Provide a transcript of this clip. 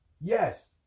Yes